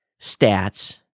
stats